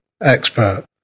expert